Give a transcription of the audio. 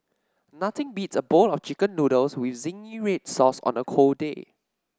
nothing beats a bowl of chicken noodles with zingy red sauce on a cold day